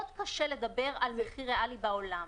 קשה מאוד לדבר על מחיר ריאלי בעולם.